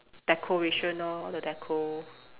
decoration lor the deco